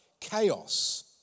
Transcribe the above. chaos